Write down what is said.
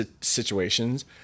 situations